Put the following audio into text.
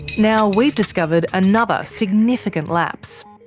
now we've discovered another significant lapse.